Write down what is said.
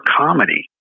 comedy